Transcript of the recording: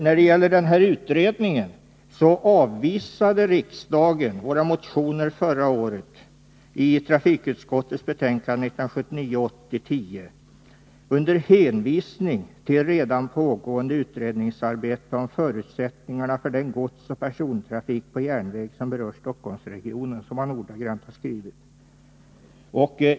När det gäller den här utredningen avvisade riksdagen våra motioner förra året, i enlighet med trafikutskottets betänkande 1979/80:10 och under hänvisning till det redan pågående utredningsarbetet om förutsättningarna för den godsoch persontrafik på järnväg som berör Stockholmsregionen.